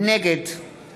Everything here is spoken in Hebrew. נגד